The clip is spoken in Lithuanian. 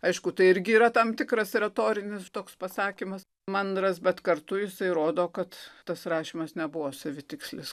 aišku tai irgi yra tam tikras retorinis toks pasakymas mandras bet kartu jisai rodo kad tas rašymas nebuvo savitikslis